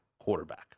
quarterback